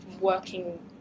working